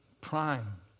prime